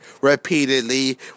repeatedly